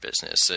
business